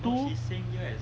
two